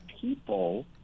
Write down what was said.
people –